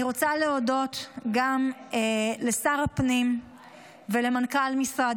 אני רוצה להודות גם לשר הפנים ולמנכ"ל משרד